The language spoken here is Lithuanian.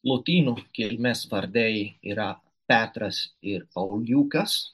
lotynų kilmės vardai yra petras ir pauliukas